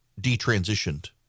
detransitioned